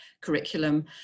curriculum